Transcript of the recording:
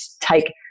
take